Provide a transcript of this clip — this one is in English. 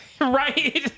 Right